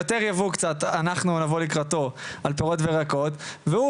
אנחנו נבוא לקראתו על פירות וירקות והוא